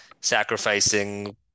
sacrificing